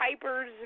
Piper's